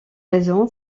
raison